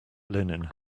linen